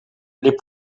les